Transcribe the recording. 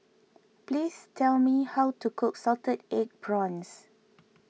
please tell me how to cook Salted Egg Prawns